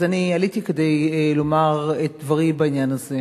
אז אני עליתי כדי לומר את דברי בעניין הזה.